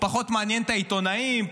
פחות מעניין את העיתונאים?